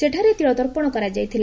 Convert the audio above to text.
ସେଠାରେ ତିଳତର୍ପଣ କରାଯାଇଥିଲା